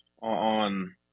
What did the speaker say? on